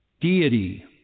deity